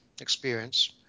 experience